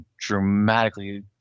dramatically